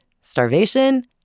starvation